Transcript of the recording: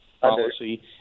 policy